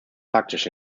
praktisch